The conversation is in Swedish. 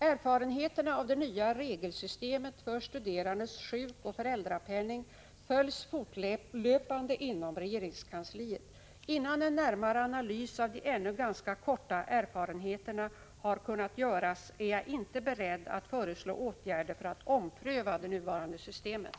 Erfarenheterna av det nya regelsystemet för studerandes sjukoch föräldrapenning följs fortlöpande inom regeringskansliet. Innan en närmare analys av de ännu ganska korta erfarenheterna har kunnat göras är jag inte beredd att föreslå åtgärder för att ompröva det nuvarande systemet.